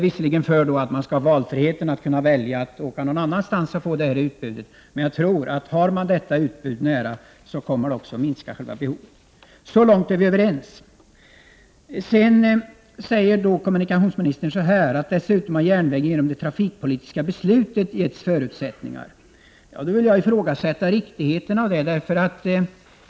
Visserligen är jag för valfrihet, att man skall kunna välja att åka någonstans för att få ett visst utbud. Men jag tror att finns detta nära kommer behovet av trafik att minska. Så långt är vi överens. Kommunikationsministern säger så här: ”Dessutom har järnvägen genom det trafikpolitiska beslutet getts förutsättningar ———.” Jag vill ifrågasätta riktigheten i detta.